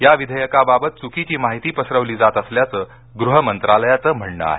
या विधेयकाबाबत चुकीची माहिती पसरवली जात असल्याचं गृहमंत्रालयाचं म्हणणं आहे